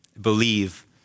believe